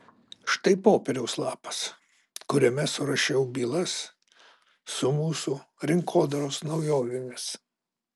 štai popieriaus lapas kuriame surašiau bylas su mūsų rinkodaros naujovėmis